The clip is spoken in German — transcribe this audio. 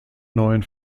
neuen